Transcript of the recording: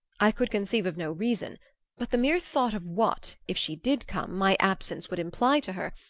i could conceive of no reason but the mere thought of what, if she did come, my absence would imply to her,